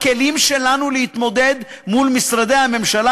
הכלים שלנו להתמודד מול משרדי הממשלה